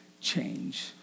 change